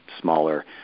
smaller